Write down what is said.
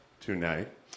tonight